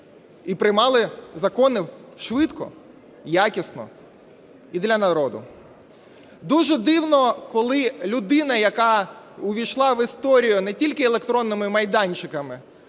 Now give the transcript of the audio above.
і приймали закони швидко, якісно і для народу. Дуже дивно, коли людина, яка увійшла в історію не тільки електронними майданчиками,